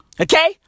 Okay